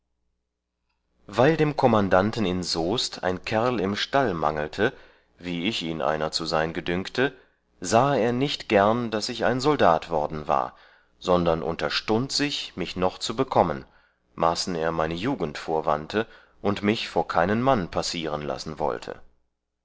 weil dem kommandanten in soest ein kerl im stall mangelte wie ich ihn einer zu sein gedünkte sahe er nicht gern daß ich ein soldat worden war sondern unterstund sich mich noch zu bekommen maßen er meine jugend vorwandte und mich vor keinen mann passieren lassen wollte